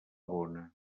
bona